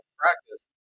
practice